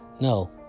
No